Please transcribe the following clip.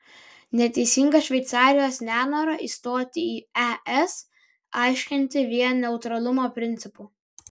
neteisinga šveicarijos nenorą įstoti į es aiškinti vien neutralumo principu